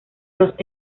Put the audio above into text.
los